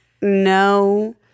no